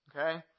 okay